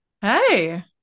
Hey